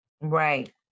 Right